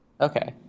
Okay